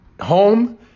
home